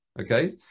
Okay